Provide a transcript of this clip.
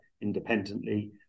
independently